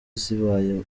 zibaye